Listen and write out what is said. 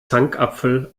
zankapfel